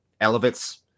elevates